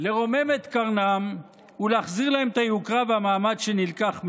לרומם את קרנם ולהחזיר להם את היוקרה והמעמד שנלקח מהם,